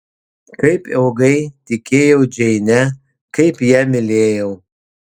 kaip ilgai tikėjau džeine kaip ją mylėjau